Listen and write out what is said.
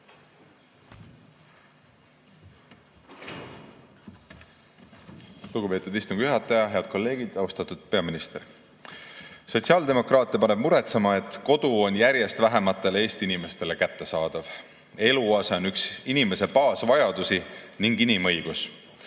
Lugupeetud istungi juhataja! Head kolleegid! Austatud peaminister! Sotsiaaldemokraate paneb muretsema, et kodu on järjest vähematele Eesti inimestele kättesaadav. Eluase on üks inimese baasvajadusi ning inimõigus,